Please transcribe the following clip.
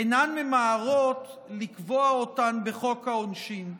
אינן ממהרות לקבוע אותן בחוק העונשין.